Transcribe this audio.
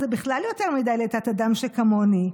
זה בכלל יותר מדי לתת-אדם שכמוני,